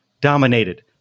dominated